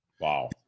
Wow